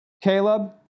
Caleb